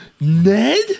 Ned